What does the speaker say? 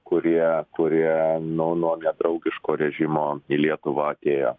kurie kurie nu nuo nedraugiško režimo į lietuvą atėjo